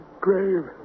grave